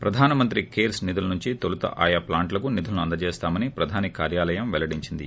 ప్రధానమంత్రి కేర్ప్ నిధుల నుంచి తోలుత ఆయా ప్లాంట్లకు నిధులు అందజేస్తామని ప్రధాని కార్యాలయం పెల్లడించింది